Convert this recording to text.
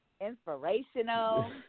Inspirational